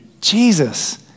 Jesus